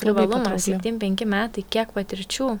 privalumas septympenki metai kiek patirčių